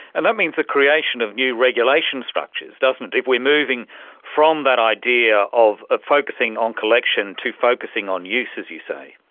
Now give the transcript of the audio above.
and that means the creation of new regulation structures, doesn't it. if we are moving from that idea of ah focusing on collection to focusing on use, as you say.